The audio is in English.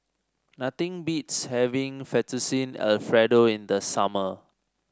nothing beats having Fettuccine Alfredo in the summer